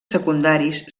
secundaris